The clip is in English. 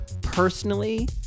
personally